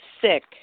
sick